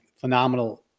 phenomenal